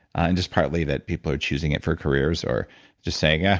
and just partly that people are choosing it for careers or just saying, yeah